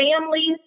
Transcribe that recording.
families